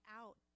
out